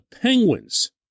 Penguins